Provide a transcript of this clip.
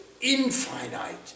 infinite